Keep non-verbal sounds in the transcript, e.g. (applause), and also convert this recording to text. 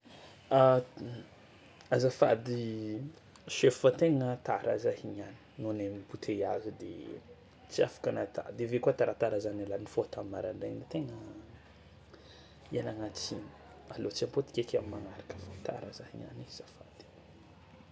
A- (noise) azafady chef fô tegna tara za i niany nohon'ny embouteillage de tsy afaka nata de avy eo koa taratara za niala nifôha tam'maraindraigna tegna ialagna tsiny, aleo tsy hampodiko eky am'magnaraka fa tara za i niany, azafady.